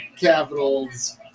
capitals